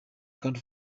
kandi